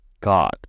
God